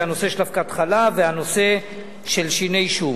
זה הנושא של אבקת חלב והנושא של שיני שום.